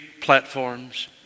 platforms